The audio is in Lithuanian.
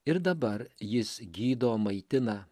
ir dabar jis gydo maitina